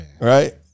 Right